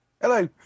Hello